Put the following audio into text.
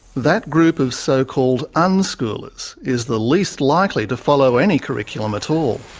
that group of so-called unschoolers is the least likely to follow any curriculum at all.